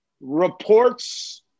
reports